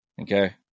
Okay